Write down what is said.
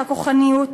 הכוחניות,